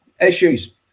issues